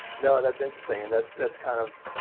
no, that's interesting. and that's that's kind of,